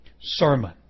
sermon